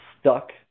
stuck